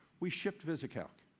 we shipped visicalc.